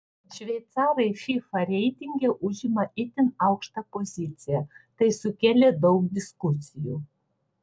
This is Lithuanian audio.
šveicarai fifa reitinge užima itin aukštą poziciją tai sukėlė daug diskusijų